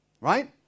right